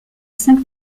cinq